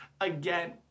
again